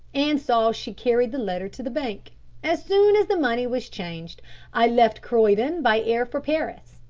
and saw she carried the letter to the bank. as soon as the money was changed i left croydon by air for paris,